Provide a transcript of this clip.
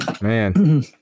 man